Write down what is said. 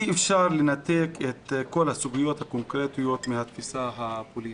אי אפשר לנתק את כל הסוגיות הקונקרטיות מהתפיסה הפוליטית.